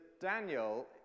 Daniel